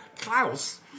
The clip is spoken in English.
Klaus